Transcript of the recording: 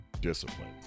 discipline